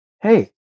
Hey